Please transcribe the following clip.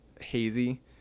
Hazy